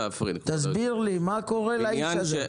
תסביר לי מה קורה לאיש הזה.